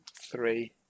Three